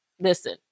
listen